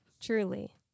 truly